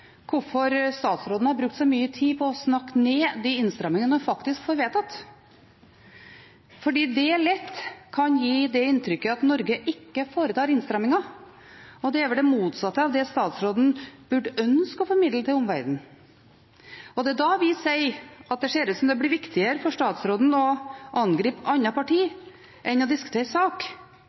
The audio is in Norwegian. hvorfor statsråden har brukt så mye tid på å snakke ned de innstramningene hun faktisk får vedtatt, fordi det lett kan gi det inntrykket at Norge ikke foretar innstramninger – og det er vel det motsatte av det statsråden burde ønsket å formidle til omverdenen. Det er da vi sier at det ser ut som om det blir viktigere for statsråden å angripe andre partier enn å diskutere sak.